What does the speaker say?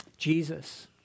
Jesus